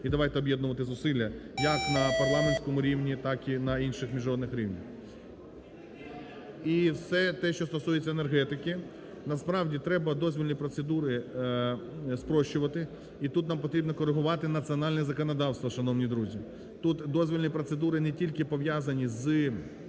і давайте об'єднувати зусилля як на парламентському рівні, так і на інших міжнародних рівнях. І все, те, що стосується енергетики. Насправді, треба дозвільні процедури спрощувати, і тут нам потрібно корегувати національне законодавство, шановні друзі. Тут дозвільні процедури не тільки пов'язані з нашими